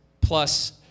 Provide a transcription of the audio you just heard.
plus